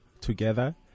together